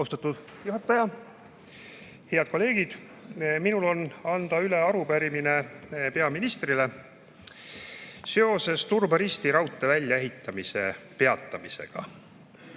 Austatud juhataja! Head kolleegid! Minul on üle anda arupärimine peaministrile seoses Turba–Risti raudtee väljaehitamise peatamisega.